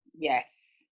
Yes